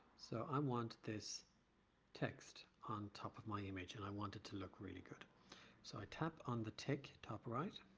so i want this text on top of my image and i want it to look really good so i tap on the tick top right.